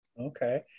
okay